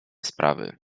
sprawy